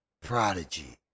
Prodigy